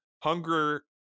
hunger